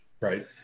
Right